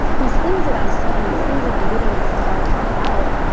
these things that i'm saying, these things that i'm beating myself up about,